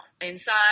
inside